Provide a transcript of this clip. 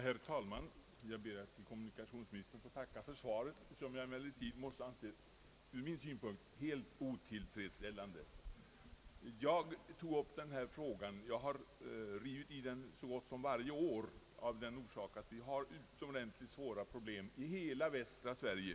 Herr talman! Jag ber att få tacka kommunikationsministern för svaret, som jag emellertid måste anse från min synpunkt helt otillfredsställande. Jag har så gott som varje år ägnat mig åt denna fråga av den anledningen att vi har utomordentligt svåra problem i hela västra Sverige.